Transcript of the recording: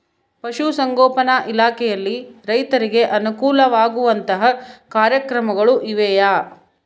ಪಶುಸಂಗೋಪನಾ ಇಲಾಖೆಯಲ್ಲಿ ರೈತರಿಗೆ ಅನುಕೂಲ ಆಗುವಂತಹ ಕಾರ್ಯಕ್ರಮಗಳು ಇವೆಯಾ?